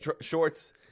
shorts